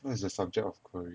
what is the subject of korea